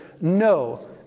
no